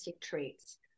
traits